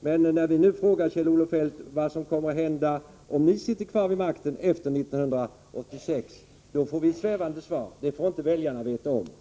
Men när vi nu frågar Kjell-Olof Feldt vad som kommer att hända om ni sitter kvar vid makten efter 1986 får vi svävande svar. Det får väljarna inte veta något om.